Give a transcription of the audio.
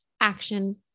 action